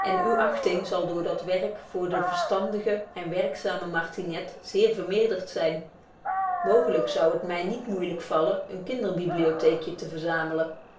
en uwe achting zal door dat werk voor den verstandigen en werkzamen martinet zeer vermeerderd zyn mogelyk zou het my niet moeilyk vallen een